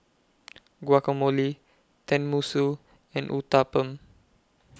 Guacamole Tenmusu and Uthapam